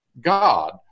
God